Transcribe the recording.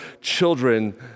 children